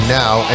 now